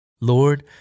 Lord